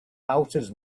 houses